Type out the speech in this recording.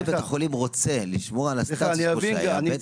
בית החולים רוצה לשמור על הכשרות אבל בית